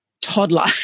toddler